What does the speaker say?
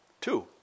Two